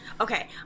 okay